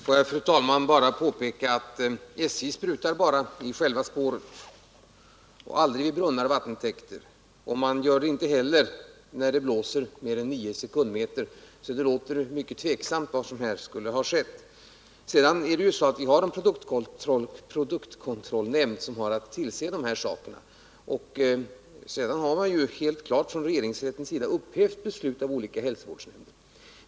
Fru talman! Låt mig påpeka att SJ bara sprutar i själva spåret, aldrig i brunnar eller vattentäkter. Man gör det heller inte när det blåser mer än 9 sekundmeter, varför man ställer sig litet tveksam till vad som här skulle ha skett. Vi har en produktkontrollnämnd som har att se till dessa saker. Regeringsrätten har också upphävt beslut av olika hälsovårdsnämnder.